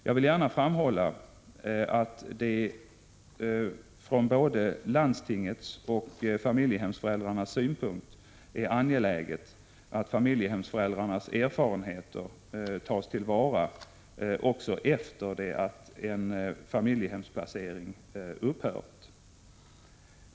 Jag vill gärna framhålla att det från både landstingets och familjehemsföräldrarnas synpunkt är angeläget att familjehemsföräldrarnas erfarenheter tas till vara också efter det att en familjehemsplacering upphört.